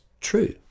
true